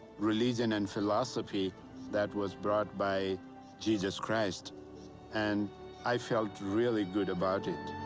religion and philosophy that was brought by jesus christ and i felt really good about it.